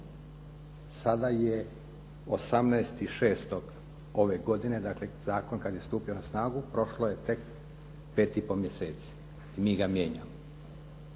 Sada je 18. 06. ove godine, dakle zakon kada je stupio na snagu prošlo je tek 5,5, mjeseci i mi ga mijenjamo.